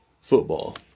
football